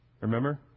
Remember